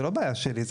זה לא בעיה שלי,